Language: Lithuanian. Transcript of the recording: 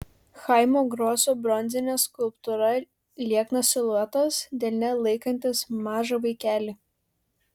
chaimo groso bronzinė skulptūra lieknas siluetas delne laikantis mažą vaikelį